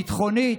ביטחונית,